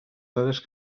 dades